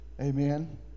amen